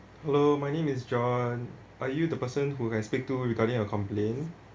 hello my name is john are you the person who I can speak to regarding a complain